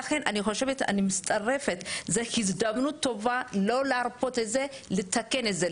לכן אני מצטרפת לכך שזאת הזדמנות טובה לא להרפות את זה ולתקן את זה.